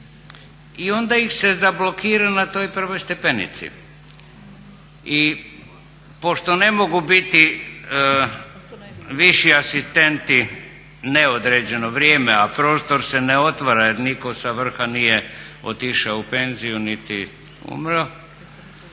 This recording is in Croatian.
i onda ih se zablokira na toj prvoj stepenici. I pošto ne mogu biti viši asistenti neodređeno vrijeme a prostor se ne otvara jer nitko sa vrha nije otišao u penziju niti umro,